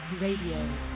Radio